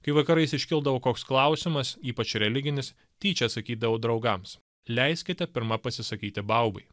kai vakarais iškildavo koks klausimas ypač religinis tyčia sakydavau draugams leiskite pirma pasisakyti baubai